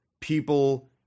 people